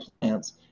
plants